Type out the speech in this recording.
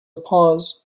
pause